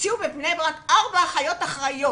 הוציאו מבני ברק ארבע אחיות אחראיות